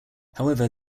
however